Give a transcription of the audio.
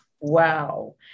Wow